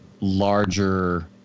larger